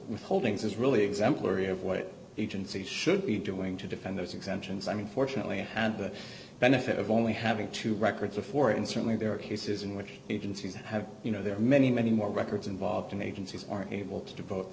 its holdings is really exemplary of what agency should be doing to defend those exemptions i mean fortunately i had the benefit of only having two records before and certainly there are cases in which agencies have you know there are many many more records involved in agencies aren't able to devote the